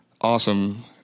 awesome